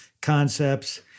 concepts